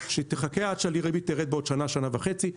שתחכה עד שהריבית תרד עוד שנה-שנה וחצי.